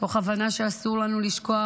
מתוך הבנה שאסור לנו לשכוח,